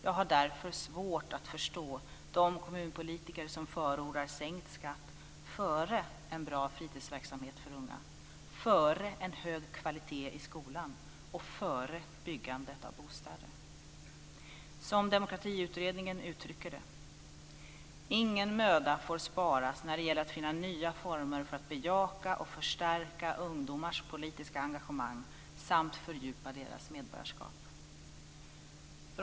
Jag har därför svårt att förstå de kommunpolitiker som förordar sänkt skatt före en bra fritidsverksamhet för unga, före en hög kvalitet i skolan och före byggandet av bostäder. Som Demokratiutredningen uttrycker det: Ingen möda får sparas när det gäller att finna nya former för att bejaka och förstärka ungdomars politiska engagemang samt fördjupa deras medborgarskap.